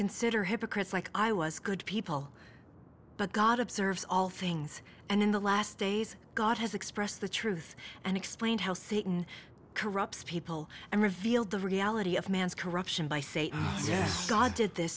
consider hypocrites like i was good people but god observes all things and in the last days god has expressed the truth and explained how satan corrupts people and revealed the reality of man's corruption by say god did this